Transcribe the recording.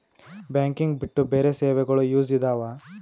Banking ಬಿಟ್ಟು ಬೇರೆ ಸೇವೆಗಳು ಯೂಸ್ ಇದಾವ?